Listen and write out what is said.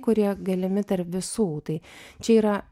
kurie galimi tarp visų tai čia yra